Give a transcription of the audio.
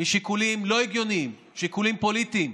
משיקולים לא הגיוניים, שיקולים פוליטיים.